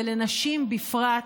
ולנשים בפרט,